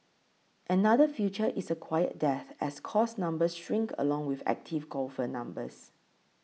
another future is a quiet death as course numbers shrink along with active golfer numbers